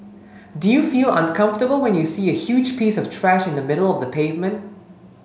do you feel uncomfortable when you see a huge piece of trash in the middle of the pavement